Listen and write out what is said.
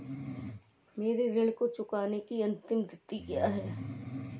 मेरे ऋण को चुकाने की अंतिम तिथि क्या है?